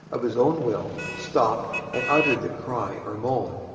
of its own will, stopped, and uttered the cry or moan,